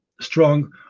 strong